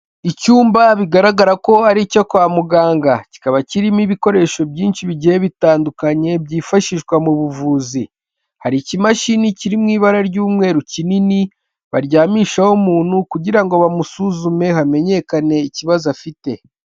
Icyumba bigaragara ko ari icyo kwa muganga kikaba kirimo ibikoresho byinshi bigiye bitandukanye byifashishwa mu buvuzi, hari ikimashini kiri mu ibara ry'umweru kinini baryamishaho umuntu, kugira ngo bamusuzume hamenyekane ikibazo afite.